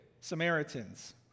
Samaritans